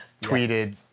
tweeted